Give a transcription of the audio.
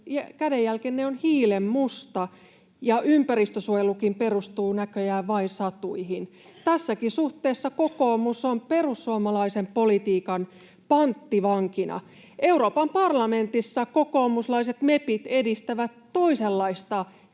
ilmastokädenjälkenne on hiilenmusta, ja ympäristönsuojelukin perustuu näköjään vain satuihin. Tässäkin suhteessa kokoomus on perussuomalaisen politiikan panttivankina. Euroopan parlamentissa kokoomuslaiset mepit edistävät toisenlaista